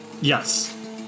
Yes